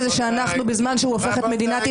אם צווחת באופן